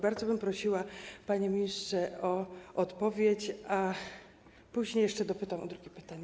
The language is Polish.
Bardzo bym prosiła, panie ministrze, o odpowiedź, a później jeszcze dopytam, zadam drugie pytanie.